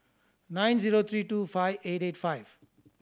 nine zero three two five eight eight five